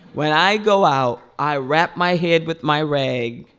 when i go out, i wrap my head with my rag.